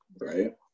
right